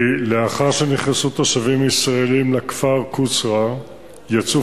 לאחר שנכנסו תושבים ישראלים לכפר קוצרה יצאו